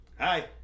Hi